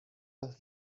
los